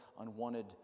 unwanted